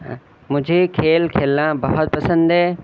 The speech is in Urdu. مجھے کھیل کھیلنا بہت پسند ہے